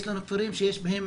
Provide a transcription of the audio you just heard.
יש לנו כפרים שיש בהם